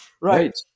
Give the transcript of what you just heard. right